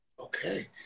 Okay